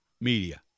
media